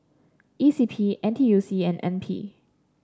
E C P N T U C and N P